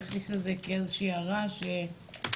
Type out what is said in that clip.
נכניס את זה כאיזושהי הערה שלנו?